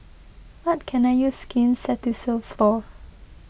what can I use Skin Ceuticals for